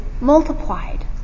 multiplied